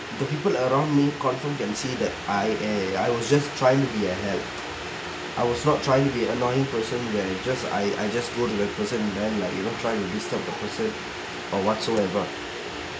the people around me confirm can see that I eh I was just trying to be a help I was not trying to be annoying person where I just I I just go to that person then like you go try to disturb that person or whatsoever